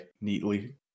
neatly